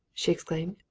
she exclaimed.